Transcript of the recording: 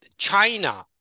China